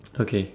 okay